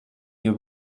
ihr